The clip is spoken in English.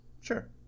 Sure